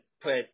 put